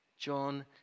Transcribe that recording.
John